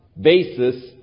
basis